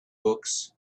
books